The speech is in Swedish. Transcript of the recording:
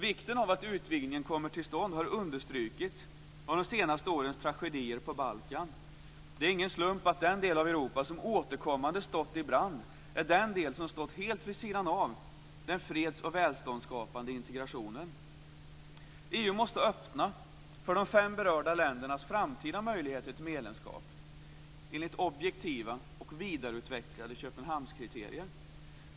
Vikten av att utvidgningen kommer till stånd har understrukits av de senaste årens tragedier på Balkan. Det är ingen slump att den delen av Europa som återkommande stått i brand är den del som stått helt vid sidan av den freds och välståndsskapande integrationen. EU måste öppna för de fem berörda ländernas framtida möjligheter till medlemskap enligt objektiva och vidareutvecklade Köpenhamnskriterier.